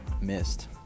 missed